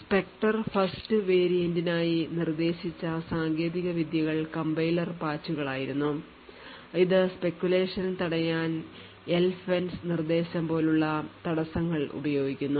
Spectre first variant നായി നിർദ്ദേശിച്ച സാങ്കേതിക വിദ്യകൾ compiler patch കളായിരുന്നു ഇത് speculation തടയാൻ LFENCE നിർദ്ദേശം പോലുള്ള തടസ്സങ്ങൾ ഉപയോഗിക്കുന്നു